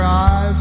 eyes